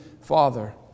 Father